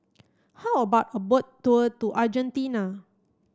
how about a boat tour to Argentina